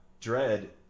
Dread